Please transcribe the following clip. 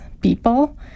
people